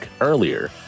earlier